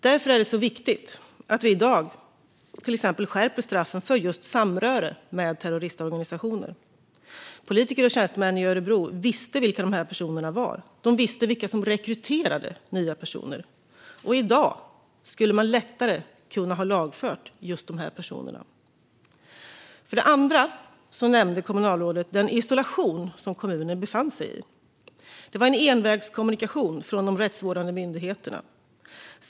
Därför är det så viktigt att vi i dag till exempel skärper straffen för just samröre med terroristorganisationer. Politiker och tjänstemän i Örebro visste vilka de här personerna var. De visste vilka som rekryterade nya personer. I dag skulle man lättare ha kunnat lagföra just de personerna. För det andra nämnde kommunalrådet den isolation kommunen befann sig i. Det var en envägskommunikation från de rättsvårdande myndigheterna.